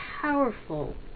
powerful